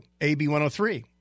AB-103